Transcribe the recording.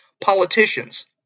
politicians